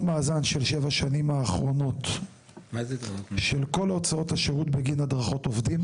מאזן של שבע השנים האחרונות של כל הוצאות השירות בגין הדרכות עובדים.